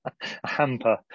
hamper